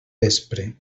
vespre